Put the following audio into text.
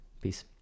Peace